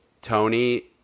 Tony